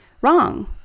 wrong